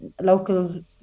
local